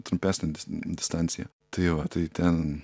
trumpesnė distancija tai va tai ten